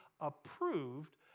approved